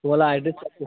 तुम्हाला ॲड्रेस सांगतो